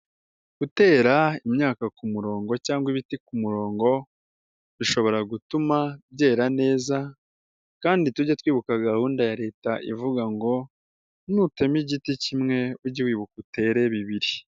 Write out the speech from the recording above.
Gutera imyaka kumurongo cyangwa ibiti kumurongo bishobora gutuma byera neza, kandi tujye twibuka gahunda ya leta ivuga ngo nutema igiti kimwe ujye wibuka utere bibiri.